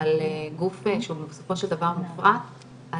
על גוף שבסופו של דבר הוא מופרט אז